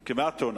אלא "כמעט תאונה".